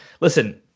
listen